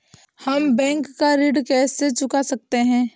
हम बैंक का ऋण कैसे चुका सकते हैं?